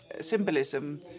symbolism